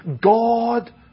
God